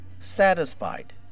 satisfied